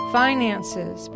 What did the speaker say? finances